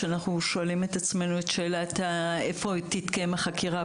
אנחנו שואלים את עצמנו את השאלה איפה תתקיים החקירה,